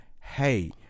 hey